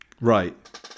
Right